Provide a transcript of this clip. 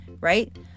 right